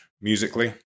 musically